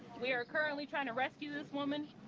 we are currently trying to rescue this woman.